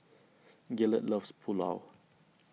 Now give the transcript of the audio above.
Gaylord loves Pulao